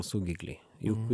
saugikliai juk